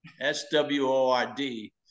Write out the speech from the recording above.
S-W-O-R-D